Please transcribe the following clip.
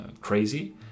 crazy